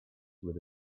with